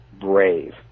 brave